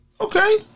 okay